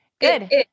good